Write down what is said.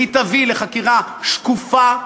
והיא תביא לחקירה שקופה,